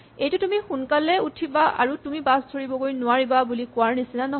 এইটো তুমি সোনকালে উঠিবা আৰু তুমি বাছ ধৰিবগৈ নোৱাৰিবা বুলি কোৱাৰ নিচিনা নহয়